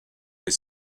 les